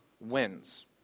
wins